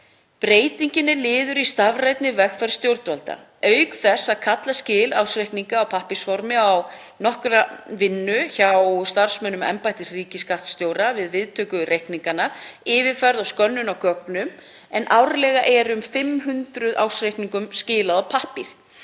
Breytingin er liður í stafrænni vegferð stjórnvalda. Auk þess kalla skil ársreikninga á pappírsformi á nokkra vinnu hjá starfsmönnum embættis ríkisskattstjóra við viðtöku reikninganna, yfirferð og skönnun á gögnum, en árlega er um 500 ársreikningum skilað á pappír.